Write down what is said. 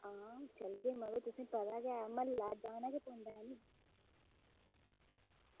आं चलगे मड़ो तुसें ई पता ऐ म्हल्ला ते जाना गै पौंदा ऐ